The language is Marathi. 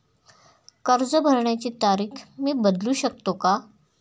कर्ज भरण्याची तारीख मी बदलू शकतो का?